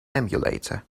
emulator